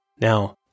Now